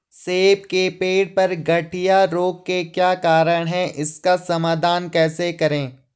सेब के पेड़ पर गढ़िया रोग के क्या कारण हैं इसका समाधान कैसे करें?